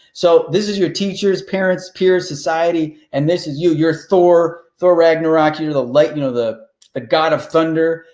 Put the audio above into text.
so this is your teachers, parents, peers, society, and this is you you're thor, thor ragnarok, you're the like you know the ah god of thunder,